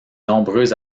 nombreux